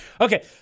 Okay